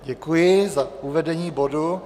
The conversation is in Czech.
Děkuji za uvedení bodu.